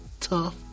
tough